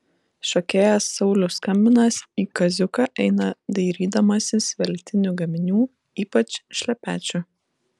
šokėjas saulius skambinas į kaziuką eina dairydamasis veltinių gaminių ypač šlepečių